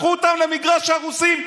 לקחו אותן למגרש הרוסים,